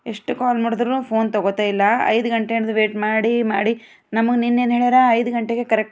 ಎಷ್ಟು ಕಾಲ್ ಮಾಡಿದ್ರೂ ಫೋನ್ ತಗೋತಾಯಿಲ್ಲ ಐದು ಗಂಟೆಯಿಂದ ವೈಟ್ ಮಾಡಿ ಮಾಡಿ ನಮಗೆ ನಿನ್ನೇನೆ ಹೇಳ್ಯಾರ ಐದು ಗಂಟೆಗೆ ಕರ